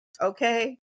Okay